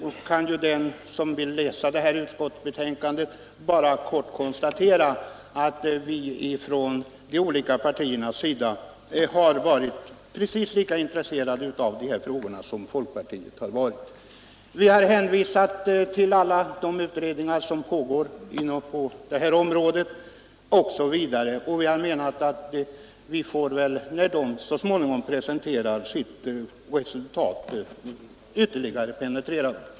Den som vill läsa utskottsbetänkandet kan ju konstatera att de andra partierna har varit precis lika intresserade av de här frågorna som folkpartiet har varit. Utskottet har hänvisat till alla de utredningar som pågår inom området osv., och när de så småningom presenterar sina resultat får vi väl ytterligare penetrera detta.